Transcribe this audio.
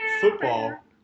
football